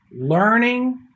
learning